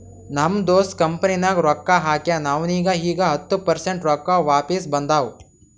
ನಮ್ ದೋಸ್ತ್ ಕಂಪನಿನಾಗ್ ರೊಕ್ಕಾ ಹಾಕ್ಯಾನ್ ಅವ್ನಿಗ ಈಗ್ ಹತ್ತ ಪರ್ಸೆಂಟ್ ರೊಕ್ಕಾ ವಾಪಿಸ್ ಬಂದಾವ್